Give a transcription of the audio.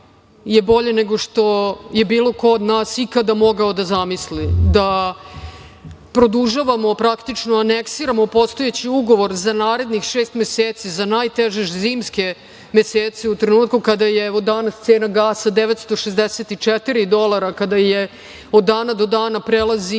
je bolje nego što je bilo kod od nas ikada mogao da zamisli. Produžavamo, praktično aneksiramo postojeći ugovor za narednih šest meseci, za najteže zimske mesece, u trenutku kada je, evo danas, cena gasa 964 dolara, kada od dana do dana prelazi